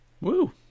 Woo